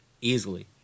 Easily